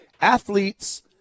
Athletes